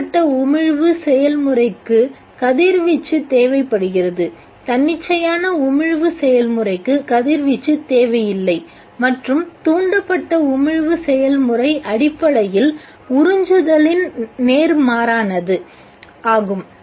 தூண்டப்பட்ட உமிழ்வு செயல்முறைக்கு கதிர்வீச்சு தேவைப்படுகிறது தன்னிச்சையான உமிழ்வு செயல்முறைக்கு கதிர்வீச்சு தேவையில்லை மற்றும் தூண்டப்பட்ட உமிழ்வு செயல்முறை அடிப்படையில் உறிஞ்சுதலின் நேர்மாறானது ஆகும்